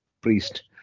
priest